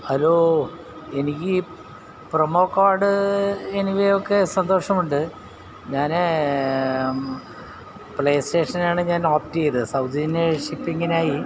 hello എനിക്ക് promo code anyway ഒക്കെ സന്തോഷമുണ്ട് ഞാൻ പ്ലേ സ്റ്റേഷൻ ആണ് ഞാൻ ഓപറ്റ് ചെയ്തത് സൗജന്യ ഷിപ്പിങ്ങിനായി